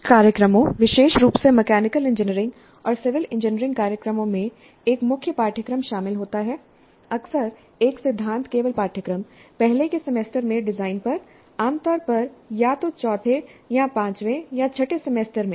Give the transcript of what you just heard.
कुछ कार्यक्रमों विशेष रूप से मैकेनिकल इंजीनियरिंग और सिविल इंजीनियरिंग कार्यक्रमों में एक मुख्य पाठ्यक्रम शामिल होता है अक्सर एक सिद्धांत केवल पाठ्यक्रम पहले के सेमेस्टर में डिजाइन पर आमतौर पर या तो चौथे या पांचवें या छठे सेमेस्टर में